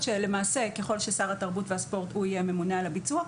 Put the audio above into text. שלמעשה ככל ששר התרבות והספורט הוא יהיה ממונה על הביצוע,